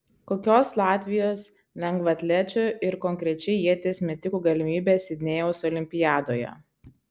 kokios latvijos lengvaatlečių ir konkrečiai ieties metikų galimybės sidnėjaus olimpiadoje